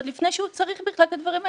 עוד לפני שהוא צריך בכלל את הדברים האלה.